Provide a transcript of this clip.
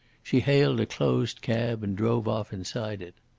she hailed a closed cab and drove off inside it.